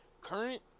current